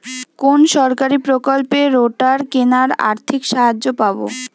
কোন সরকারী প্রকল্পে রোটার কেনার আর্থিক সাহায্য পাব?